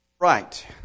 Right